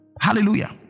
hallelujah